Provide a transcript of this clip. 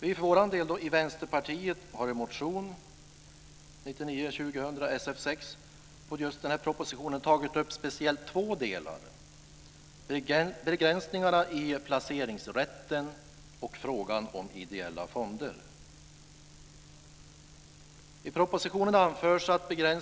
Vi i Vänsterpartiet har i motion 1999/2000:Sf6 på denna proposition tagit upp speciellt två delar: begränsningarna i placeringsrätten och frågan om ideella fonder.